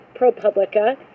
ProPublica